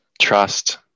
Trust